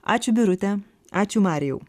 ačiū birute ačiū marijau